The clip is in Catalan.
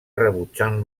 rebutjant